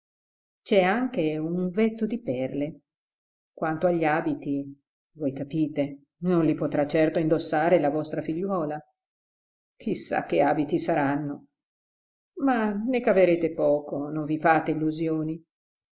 c'è anche un vezzo di perle quanto agli abiti voi capite non li potrà certo indossare la vostra figliuola chi sa che abiti saranno ma ne caverete poco non vi fate illusioni